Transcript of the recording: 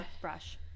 brush